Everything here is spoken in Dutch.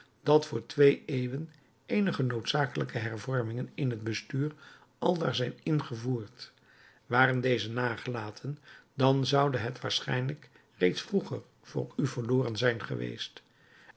dat voor twee eeuwen eenige noodzakelijke hervormingen in het bestuur aldaar zijn ingevoerd waren deze nagelaten dan zoude het waarschijnlijk reeds vroeger voor u verloren zijn geweest